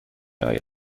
آید